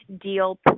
deal